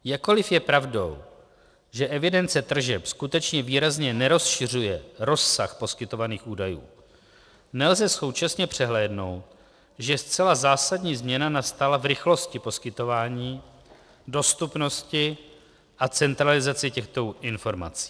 Jakkoli je pravdou, že evidence tržeb skutečně výrazně nerozšiřuje rozsah poskytovaných údajů, nelze současně přehlédnout, že zcela zásadní změna nastala v rychlosti poskytování, dostupnosti a centralizaci těchto informací.